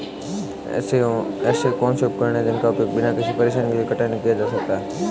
ऐसे कौनसे उपकरण हैं जिनका उपयोग बिना किसी परेशानी के कटाई के लिए किया जा सकता है?